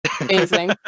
Amazing